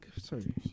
Sorry